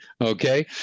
Okay